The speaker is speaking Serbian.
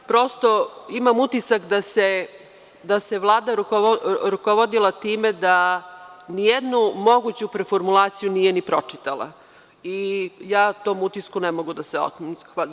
Imam utisak da se Vlada rukovodila time da ni jednu moguću preformulaciju nije ni pročitala i ja tom utisku ne mogu da se otmem.